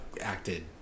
acted